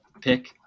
pick